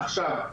עכשיו,